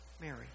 Mary